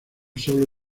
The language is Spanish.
sólo